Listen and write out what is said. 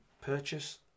purchase